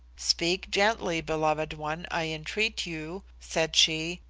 speak gently, beloved one, i entreat you, said she,